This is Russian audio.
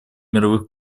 мировых